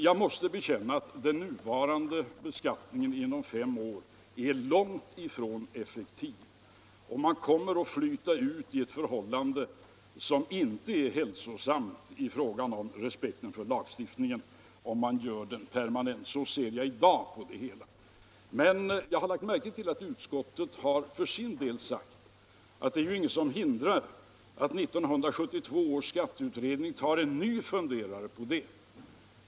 Jag måste alltså bekänna att den nuvarande beskattningen inom fem år är långt ifrån effektiv, och man kommer att flyta ut i ett förhållande som inte är hälsosamt i fråga om respekten för lagstiftningen, om man gör beskattningen permanent. Så ser jag i dag på det hela. Men jag har lagt märke till att utskottet för sin del sagt att det är ju inget som hindrar att 1972 års skatteutredning tar sig en ny funderare på detta.